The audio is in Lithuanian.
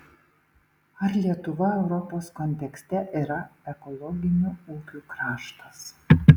ar lietuva europos kontekste yra ekologinių ūkių kraštas